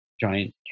giant